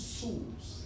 souls